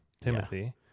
Timothy